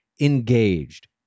engaged